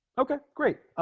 okay great